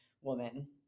woman